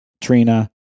trina